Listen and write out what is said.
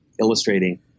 illustrating